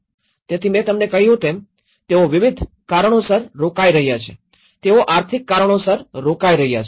તેથી મેં તમને કહ્યું તેમ તેઓ વિવિધ કારણોસર રોકાઈ રહ્યા છે તેઓ આર્થિક કારણોસર રોકાઈ રહ્યા છે